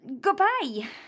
Goodbye